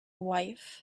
wife